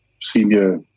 senior